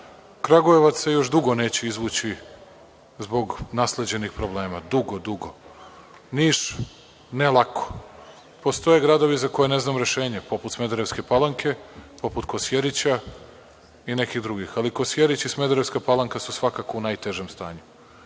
Kragujevac se još dugo neće izvući zbog nasleđenih problema, dugo, dugo. Niš ne lako. Postoje gradovi za koje ne znam rešenje, poput Smederevske Palanke, poput Kosjerića i nekih drugih, ali Kosjerić i Smederevska Palanka su svakako u najtežem stanju. Da